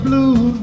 Blue